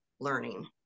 learning